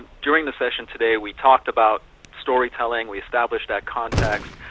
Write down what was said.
during the session today we talked about storytelling, we established that context.